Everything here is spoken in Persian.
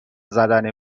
زدن